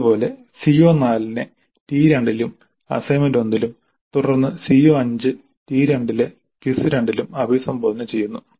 അതുപോലെ CO4 നെ T2 ലും അസൈൻമെന്റ് 1 ലും തുടർന്ന് CO5 T2 ലെ ക്വിസ് 2 ലും അഭിസംബോധന ചെയ്യുന്നു